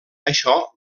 això